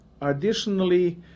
Additionally